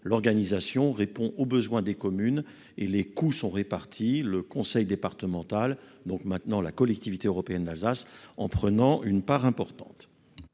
l'organisation répond aux besoins des communes et les coûts sont répartis le conseil départemental donc maintenant la collectivité européenne d'Alsace en prenant une part importante.